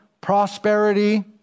prosperity